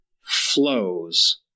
flows